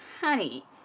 honey